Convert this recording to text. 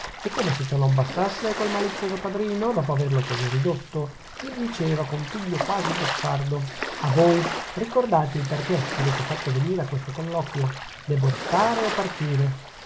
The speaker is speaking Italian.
e come se ciò non bastasse quel malizioso padrino dopo averlo così ridotto gli diceva con piglio quasi beffardo a voi ricordate il perchè m'avete fatto venire a questo colloquio debbo restare o partire